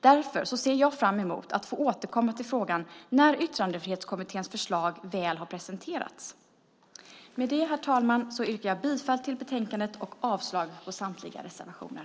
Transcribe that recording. Därför ser jag fram emot att få återkomma till frågan när Yttrandefrihetskommitténs förslag väl har presenterats. Med det, herr talman, yrkar jag bifall till förslagen i betänkandet och avslag på samtliga reservationer.